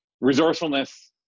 resourcefulness